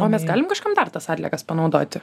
o mes galim kažkam dar tas atliekas panaudoti